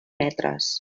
metres